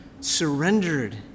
surrendered